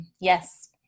Yes